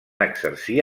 exercir